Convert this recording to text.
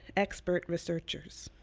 expert researchers.